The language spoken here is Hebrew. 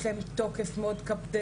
יש להם תוקף מאוד קפדני,